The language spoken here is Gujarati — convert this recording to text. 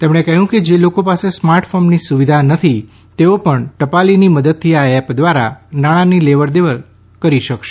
તેમણે કહ્યું કે જે લોકો પાસે સ્માર્ટ ફોનની સુવિધા નથી તેઓ પણ ટપાલીની મદદથી આ એપ દ્વારા નાણાની લેવડ દેવડ કરી શકશે